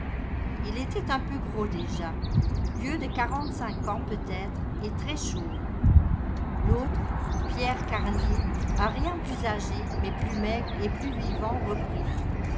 ii était un peu gros déjà vieux de quarante-cinq ans peut-être et très chauve l'autre pierre carnier un rien plus âgé mais plus maigre et plus vivant reprit